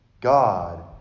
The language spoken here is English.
God